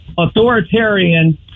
authoritarian